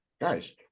guys